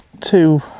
Two